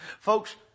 Folks